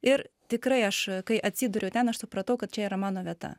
ir tikrai aš kai atsiduriu ten aš supratau kad čia yra mano vieta